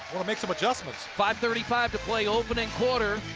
make some adjustments. five thirty five to play, opening quarter.